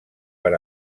per